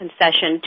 concession